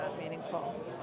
meaningful